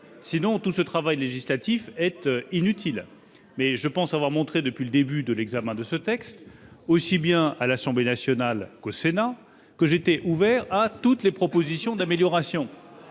Sinon, tout ce travail législatif serait inutile. Je pense pour ma part avoir montré, depuis le début de l'examen de ce texte, aussi bien à l'Assemblée nationale qu'au Sénat, que j'étais ouvert à toutes les propositions d'amélioration.